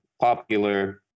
Popular